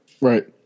right